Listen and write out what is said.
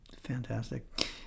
fantastic